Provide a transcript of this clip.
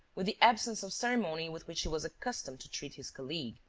with the absence of ceremony with which he was accustomed to treat his colleague.